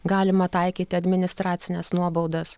galima taikyti administracines nuobaudas